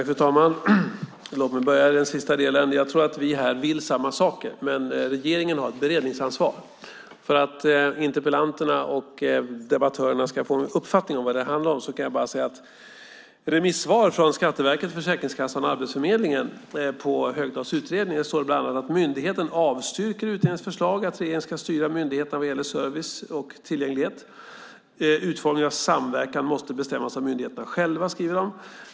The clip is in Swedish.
Fru talman! Låt mig börja i den sista delen. Jag tror att vi vill samma saker, men regeringen har ett beredningsansvar. För att interpellanterna och debattören ska få en uppfattning om vad det handlar om kan jag säga att det i Skatteverkets, Försäkringskassans och Arbetsförmedlingens remissvar på Högdahls utredning bland annat står att man avstyrker utredningens förslag att regeringen ska styra myndigheterna vad gäller service och tillgänglighet. De skriver: Utformning av samverkan måste bestämmas av myndigheterna själva.